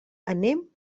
anem